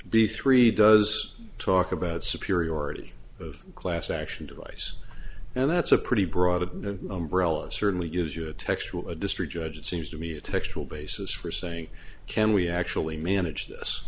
b three does talk about superiority of class action device and that's a pretty broad it certainly gives you a textual a district judge it seems to me a textual basis for saying can we actually manage this